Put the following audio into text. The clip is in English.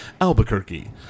Albuquerque